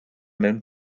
mewn